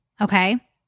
okay